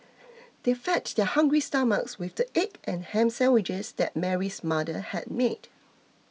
they fed their hungry stomachs with the egg and ham sandwiches that Mary's mother had made